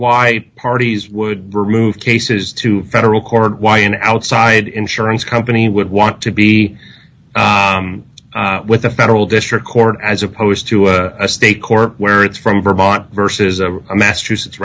why parties would remove cases to federal court why an outside insurance company would want to be with a federal district court as opposed to a state court where it's from vermont versus a massachusetts